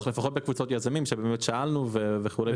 לפחות בקבוצות יזמים שבאמת שאלנו וכו'.